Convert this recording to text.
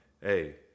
hey